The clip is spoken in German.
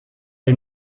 den